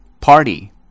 party